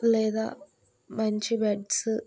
లేదా మంచి బెడ్సు